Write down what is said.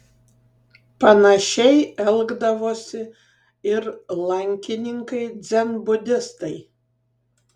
panašiai elgdavosi ir lankininkai dzenbudistai